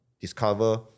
discover